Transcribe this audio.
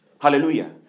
hallelujah